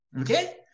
okay